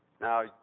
Now